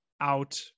out